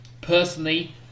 Personally